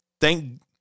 Thank